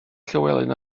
llywelyn